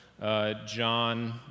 John